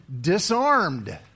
disarmed